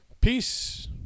peace